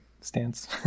stance